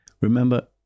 Remember